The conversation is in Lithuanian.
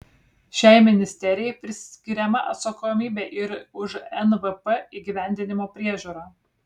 šiai ministerijai priskiriama atsakomybė ir už nvp įgyvendinimo priežiūrą